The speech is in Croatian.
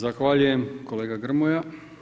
Zahvaljujem kolega Grmoja.